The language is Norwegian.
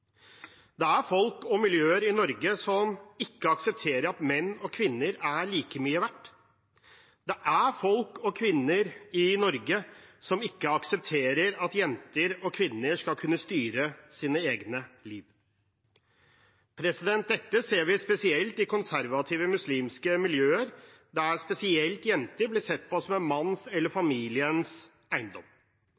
Det er folk og miljøer i Norge som ikke aksepterer at menn og kvinner er like mye verdt. Det er folk og miljøer i Norge som ikke aksepterer at jenter og kvinner skal kunne styre sitt eget liv. Dette ser vi spesielt i konservative muslimske miljøer, der spesielt jenter blir sett på som en manns eller